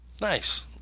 Nice